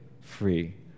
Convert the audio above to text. free